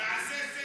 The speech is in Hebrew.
תעשה סדר.